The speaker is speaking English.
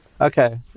Okay